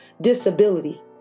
disability